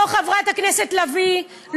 לא חברת הכנסת לביא,